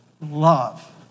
love